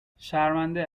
شرمنده